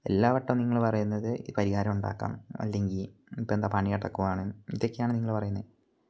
എല്ലാ വട്ടം നിങ്ങൾ പറയുന്നത് പരിഹാരം ഉണ്ടാക്കാം അല്ലെങ്കിൽ ഇപ്പം എന്താ പണി നടക്കുവാണ് ഇതൊക്കെയാണ് നിങ്ങൾ പറയുന്നത്